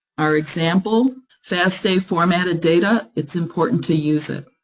our example. fasta formatted data, it's important to use it.